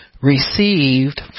received